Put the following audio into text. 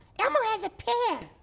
elmo has a pear.